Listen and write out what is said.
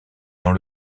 dans